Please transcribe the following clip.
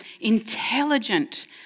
intelligent